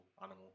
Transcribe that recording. animal